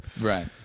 Right